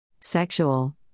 Sexual